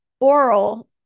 oral